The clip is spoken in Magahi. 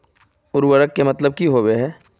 उर्वरक के मतलब की होबे है?